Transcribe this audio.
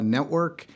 Network